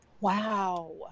Wow